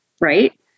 right